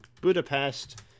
Budapest